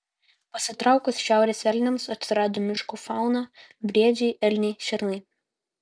pasitraukus šiaurės elniams atsirado miškų fauna briedžiai elniai šernai